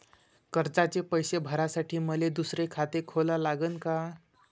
कर्जाचे पैसे भरासाठी मले दुसरे खाते खोला लागन का?